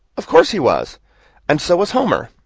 of course he was and so was homer,